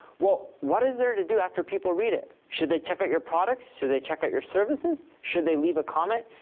well, what is there to do after people read it? should they check out your products? should they check out your services? should they leave a comment?